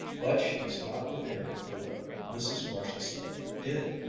but she was not prepared for what mrs. marshall-smith did.